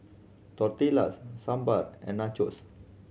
Tortillas Sambar and Nachos